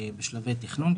בשלבי תכנון כרגע.